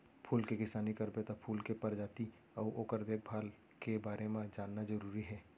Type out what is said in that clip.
फूल के किसानी करबे त फूल के परजाति अउ ओकर देखभाल के बारे म जानना जरूरी हे